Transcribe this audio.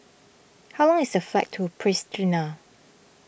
how long is the flight to Pristina